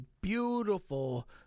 beautiful